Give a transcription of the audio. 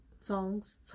songs